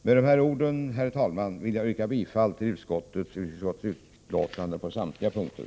Med dessa ord, herr talman, vill jag yrka bifall till utrikesutskottets hemställan på samtliga punkter.